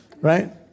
right